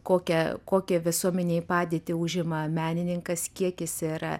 kokią kokią visuomenėj padėtį užima menininkas kiek jis yra